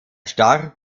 starb